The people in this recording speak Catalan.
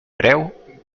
preu